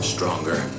Stronger